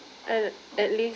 at at least